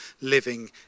living